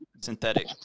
synthetic